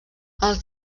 els